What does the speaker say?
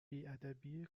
بیادبی